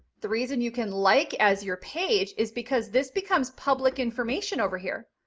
the reason you can like as your page is because this becomes public information over here,